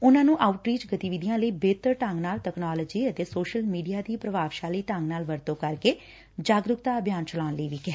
ਉਨਾਂ ਨੰ ਆਊਟਰੀਚ ਗਤੀਵਿਧੀਆ ਲਈ ਬਿਹਤਰ ਢੰਗ ਨਾਲ ਤਕਨਾਲੋਜੀ ਅਤੇ ਸੋਸ਼ਲ ਮੀਡੀਆ ਦੀ ਪ੍ਰਭਾਵਸ਼ਾਲੀ ਢੰਗ ਨਾਲ ਵਰਤੋ' ਕਰਕੇ ਜਾਗਰੁਕਤਾ ਅਭਿਆਨ ਚਲਾਉਣ ਲਈ ਕਿਹਾ